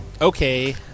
okay